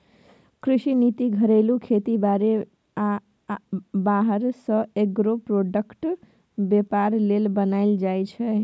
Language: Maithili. कृषि नीति घरेलू खेती बारी आ बाहर सँ एग्रो प्रोडक्टक बेपार लेल बनाएल जाइ छै